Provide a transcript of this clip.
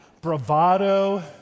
Bravado